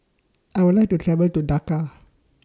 I Would like to travel to Dhaka